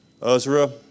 Uzra